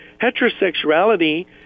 Heterosexuality